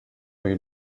est